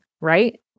right